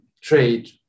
trade